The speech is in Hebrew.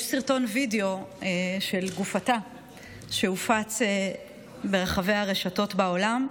יש סרטון וידיאו של גופתה שהופץ ברחבי הרשתות בעולם,